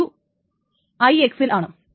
T 2 IX ൽ ആണ്